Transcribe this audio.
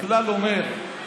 הכלל אומר,